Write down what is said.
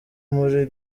muri